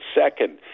second